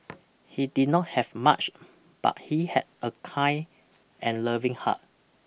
he did not have much but he had a kind and loving heart